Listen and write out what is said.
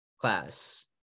class